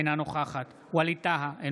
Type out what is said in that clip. אינה נוכחת ווליד טאהא,